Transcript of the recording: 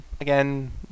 again